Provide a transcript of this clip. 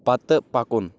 پتہٕ پکُن